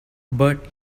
but